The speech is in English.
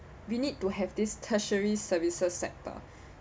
we need to have this tertiary services sector